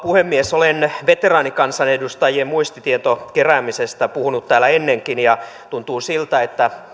puhemies olen veteraanikansanedustajien muistitiedon keräämisestä puhunut täällä ennenkin ja tuntuu siltä että